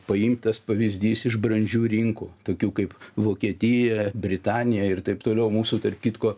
paimtas pavyzdys iš brandžių rinkų tokių kaip vokietija britanija ir taip toliau mūsų tarp kitko